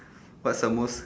what's the most